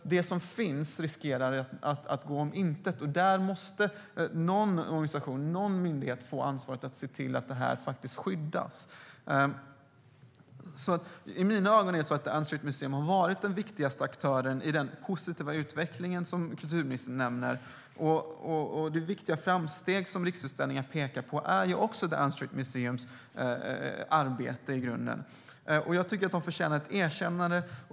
Det som finns riskerar att gå om intet. Någon organisation eller någon myndighet måste få ansvaret att se till att detta skyddas. I mina ögon har The Unstraight Museum varit den viktigaste aktören i den positiva utveckling som kulturministern nämner. De viktiga framsteg som Riksutställningar pekar på är också The Unstraight Museums arbete i grunden. Jag tycker att de förtjänar ett erkännande.